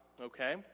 okay